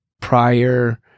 prior